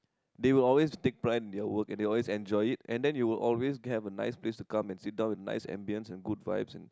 they will always take pride in their work and they will always enjoy it and then you will always have a nice place to come and sit down with nice ambience and Good Vibes and